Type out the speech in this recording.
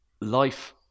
Life